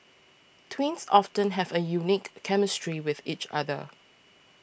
twins often have a unique chemistry with each other